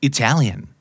Italian